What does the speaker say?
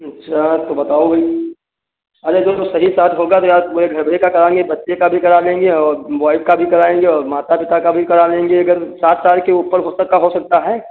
अच्छा तो बताओ भई अच्छा चलो सही साठ होगा तो यार पूरे घर भरे का कराएँगे बच्चे का भी करा लेंगे और वॉइफ़ का भी कराएँगे और माता पिता का भी करा लेंगे अगर साठ साल के ऊपर हो का हो सकता है